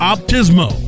Optismo